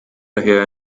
daher